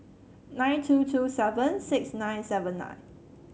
nine two two seven six nine seven nine